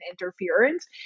interference